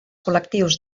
col·lectius